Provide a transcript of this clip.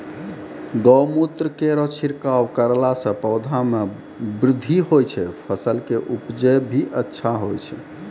गौमूत्र केरो छिड़काव करला से पौधा मे बृद्धि होय छै फसल के उपजे भी अच्छा होय छै?